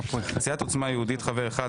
סיעת עוצמה יהודית חבר אחד.